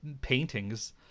paintings